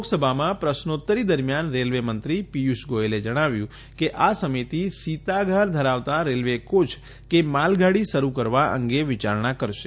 લોકસભામાં પ્રશ્નોત્તરી દરમિયાન રેલવેમંત્રી પિયુષ ગોથલે જણાવ્યું કે આ સમિતિ શીતાગાર ધરાવતા રેલવે કોય કે માલગાડી શરૂ કરવા અંગે વિચારણા કરશે